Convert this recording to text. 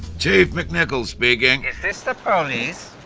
chief mcnickles speaking. is this the police?